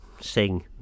sing